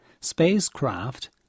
spacecraft